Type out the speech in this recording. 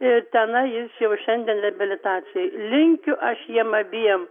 ir tenai jis jau šiandien reabilitacijoj linkiu aš jiem abiem